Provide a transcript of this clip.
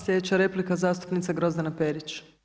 Sljedeća replika zastupnica Grozdana Perić.